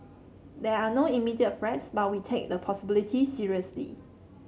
there are no immediate threats but we take the possibility seriously